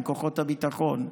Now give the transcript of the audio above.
עם כוחות הביטחון.